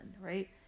right